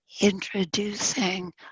introducing